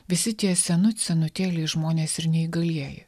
visi tie senut senutėliai žmonės ir neįgalieji